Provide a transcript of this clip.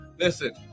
Listen